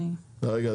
רגע,